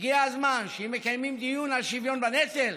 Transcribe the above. הגיע הזמן שאם מקיימים דיון על שוויון בנטל,